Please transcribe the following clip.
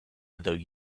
though